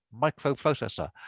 microprocessor